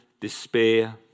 despair